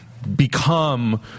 Become